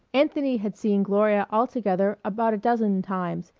anthony had seen gloria altogether about a dozen times,